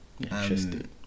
Interesting